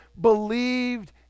believed